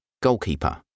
goalkeeper